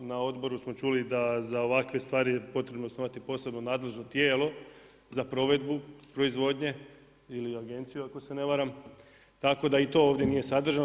Na odboru smo čuli da za ovakve stvari je potrebno osnovati posebno nadležno tijelo za provedbu proizvodnje ili agenciju ako se ne varam, tako da i to nije ovdje sadržano.